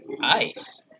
Ice